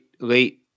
late